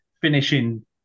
finishing